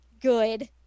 Good